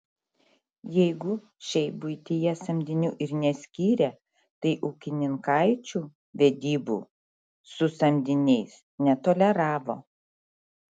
jeigu šiaip buityje samdinių ir neskyrę tai ūkininkaičių vedybų su samdiniais netoleravo